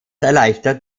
erleichtert